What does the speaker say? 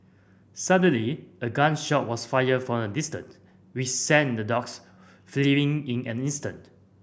suddenly a gun shot was fired from a distance which sent the dogs fleeing in an instant